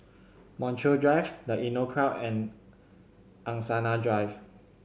Montreal Drive The Inncrowd and Angsana Drive